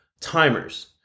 timers